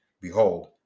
behold